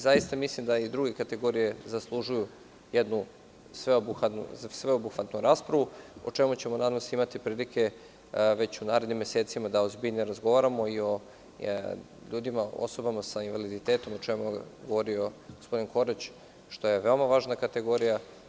Zaista mislim da i druge kategorije zaslužuju jednu sveobuhvatnu raspravu, o čemu ćemo, nadam se, imati prilike već u narednim mesecima da ozbiljnije razgovaramo, kao i o osobama sa invaliditetom, o čemu je govorio gospodin Korać, što je veoma važna kategorija.